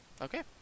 Okay